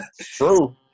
true